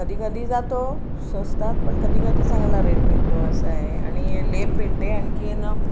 कधी कधी जातो स्वस्तात पण कधी कधी चांगला रेट भेटतो असं आहे आणि लेप भेटते आणखीन